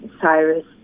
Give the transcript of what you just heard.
Cyrus